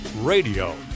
RADIO